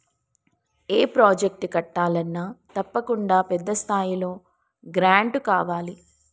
ఏ project కట్టాలన్నా తప్పకుండా పెద్ద స్థాయిలో గ్రాంటు కావాలి